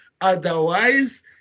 Otherwise